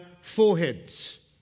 foreheads